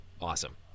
awesome